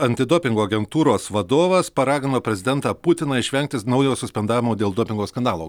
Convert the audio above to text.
antidopingo agentūros vadovas paragino prezidentą putiną išvengti naujo suspendavimo dėl dopingo skandalo